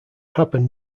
happened